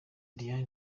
diane